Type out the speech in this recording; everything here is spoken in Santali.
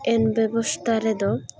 ᱮᱱ ᱵᱮᱵᱚᱥᱛᱟ ᱨᱮᱫᱚ